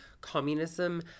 communism